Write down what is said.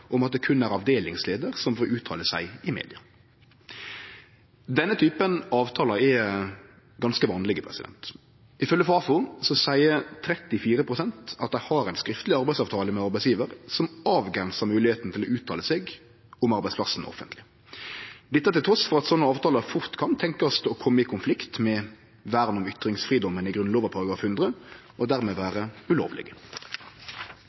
om at det kun er avdelingsleder som får uttale seg til media.» Denne typen avtalar er ganske vanleg. Ifølgje Fafo seier 34 pst. at dei har ein skriftleg arbeidsavtale med arbeidsgjevaren, som avgrensar moglegheita til å uttale seg om arbeidsplassen offentleg – dette trass i at slike avtalar fort kan tenkjast å kome i konflikt med vern om ytringsfridom i Grunnloven § 100 og dermed